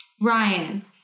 Ryan